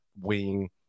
wing